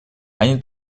они